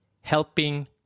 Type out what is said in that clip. helping